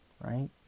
right